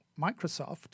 Microsoft